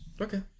Okay